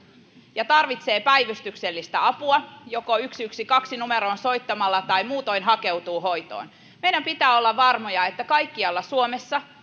ja tarvitsee päivystyksellistä apua joko yksi yksi kaksi numeroon soittamalla tai muutoin hakeutumalla hoitoon meidän pitää olla varmoja että kaikkialla suomessa